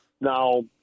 Now